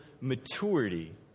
maturity